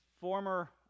Former